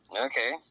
Okay